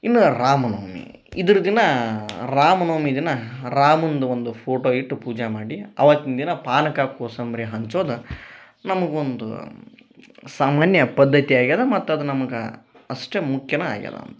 ಇನ್ನು ರಾಮ ನವಮಿ ಇದರ ದಿನ ರಾಮ ನವಮಿ ದಿನ ರಾಮನದ್ದು ಒಂದು ಫೋಟೋ ಇಟ್ಟು ಪೂಜೆ ಮಾಡಿ ಅವತ್ತಿನ ದಿನ ಪಾನಕ ಕೋಸಂಬರಿ ಹಂಚೋದ ನಮಗೊಂದು ಸಾಮಾನ್ಯ ಪದ್ಧತಿ ಆಗ್ಯದ ಮತ್ತು ಅದ ನಮಗ ಅಷ್ಟೇ ಮುಖ್ಯನ ಆಗ್ಯದಂತ